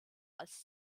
als